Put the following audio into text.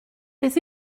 beth